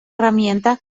herramienta